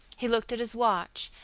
he looked at his watch,